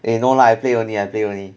eh no lah I play only I play only